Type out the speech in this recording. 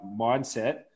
mindset